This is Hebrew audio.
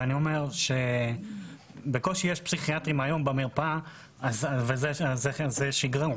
אני אומר שבקושי יש היום פסיכיאטרים במרפאה ואנחנו בשגרה.